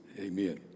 Amen